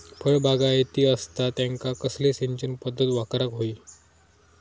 फळबागायती असता त्यांका कसली सिंचन पदधत वापराक होई?